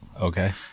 Okay